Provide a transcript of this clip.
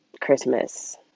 Christmas